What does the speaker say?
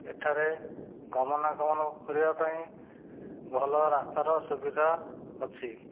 ଏଠାରେ ଗମନାଗମନ କରିବା ପାଇଁ ଭଲ ରାସ୍ତାର ସୁବିଧା ଅଛି